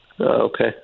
Okay